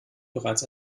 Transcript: bereits